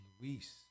Luis